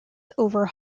over